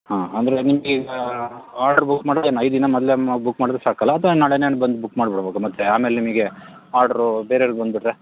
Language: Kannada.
ಹಾಂ ಅಂದರೆ ನಿಮಗೆ ಈಗ ಆರ್ಡ್ರ್ ಬುಕ್ ಮಾಡಿದರ್ ಇನ್ನು ಐದು ದಿನ ಮೊದ್ಲೆ ಮ ಬುಕ್ ಮಾಡಿದರೆ ಸಾಕಲ್ಲ ಅಥವಾ ನಾಳೆನೆ ಬಂದು ಬುಕ್ ಮಾಡಿಬಿಡ್ಬೇಕಾ ಮತ್ತೆ ಆಮೇಲೆ ನಿಮಗೆ ಆರ್ಡ್ರೂ ಬೇರೆಯವ್ರಿಗ್ ಬಂದುಬಿಟ್ರೆ